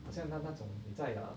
好像那那种你在 err